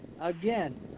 again